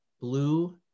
Blue